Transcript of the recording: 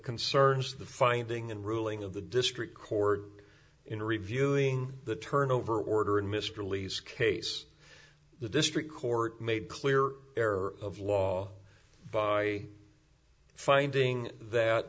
concerns the finding and ruling of the district court in reviewing the turnover order and mr leask case the district court made clear error of law by finding that